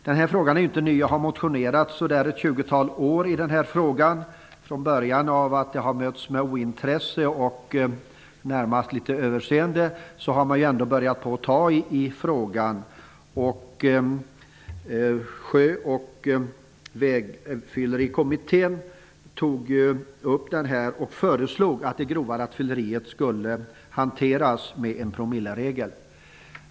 Den här frågan är inte ny. Jag har motionerat i ett tjugotal år i den här frågan. Från början möttes jag av ointresse och litet överseende, men nu har man ändå börjat ta tag i frågan. Sjö och vägfyllerikommittén tog upp detta och föreslog att det grova rattfylleriet skulle hanteras med en promilleregel.